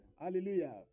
hallelujah